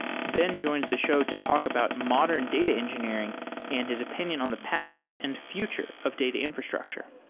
ben joins the show to talk about modern data engineering and his opinion on the past and future of data infrastructure.